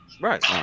Right